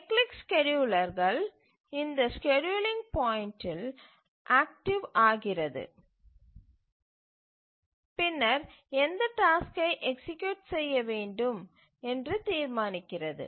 cyclic scheduler இந்த scheduling பாயிண்ட்டில் active ஆகிறது பின்னர் எந்த டாஸ்க்யை எக்சீக்யூட் செய்ய வேண்டும் என்று தீர்மானிக்கிறது